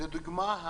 לדוגמה,